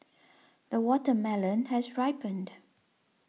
the watermelon has ripened